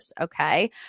Okay